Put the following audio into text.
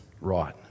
right